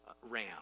ram